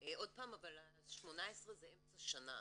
עוד פעם, 2018 זה אמצע שנה.